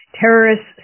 Terrorists